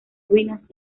ruinas